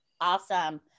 Awesome